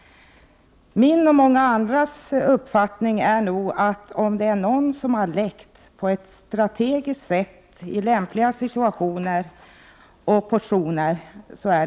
Min och många andras uppfattning är nog att det är just säpo som har läckt på ett strategiskt sätt i lämpliga situationer och portioner.